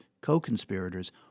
co-conspirators